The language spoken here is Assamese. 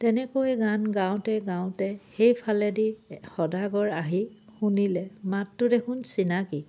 তেনেকৈ গান গাওঁতে গাওঁতে সেইফালেদি সদাগৰ আহি শুনিলে মাতটোত দেখোন চিনাকি